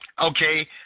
Okay